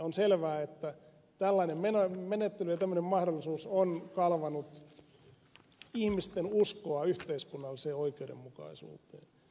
on selvää että tällainen menettely ja tämmöinen mahdollisuus on kalvanut ihmisten uskoa yhteiskunnalliseen oikeudenmukaisuuteen